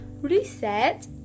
reset